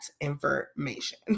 information